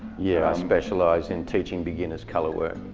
yeah i specialise in teaching beginners color work.